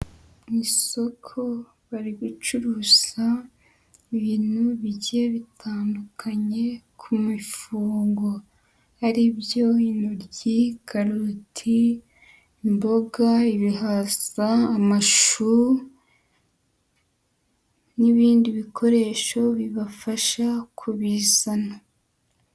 Mu isoko bari gucuruza ibintu bigiye bitandukanye ku mifungo. Ari byo: Intoryi, karoti, imboga, ibihaza, amashu n'ibindi bikoresho bibafasha kubizana.